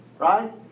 right